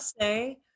say